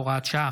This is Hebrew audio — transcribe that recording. הוראת שעה,